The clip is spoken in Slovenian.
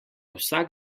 vsak